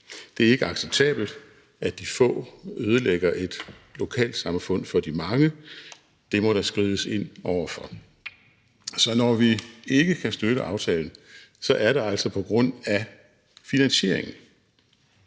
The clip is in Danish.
Det er ikke acceptabelt, at de få ødelægger et lokalsamfund for de mange. Det må der skrides ind over for. Så når vi ikke kan støtte aftalen, er det altså på grund af finansieringen.